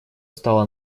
стала